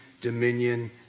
dominion